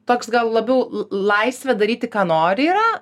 toks gal labiau laisvė daryti ką nori yra